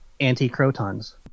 Anti-Crotons